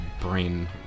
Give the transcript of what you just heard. brain